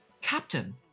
Captain